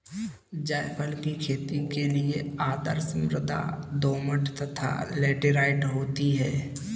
जायफल की खेती के लिए आदर्श मृदा दोमट तथा लैटेराइट होती है